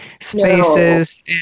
spaces